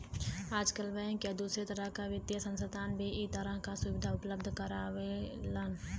आजकल बैंक या दूसरे तरह क वित्तीय संस्थान भी इ तरह क सुविधा उपलब्ध करावेलन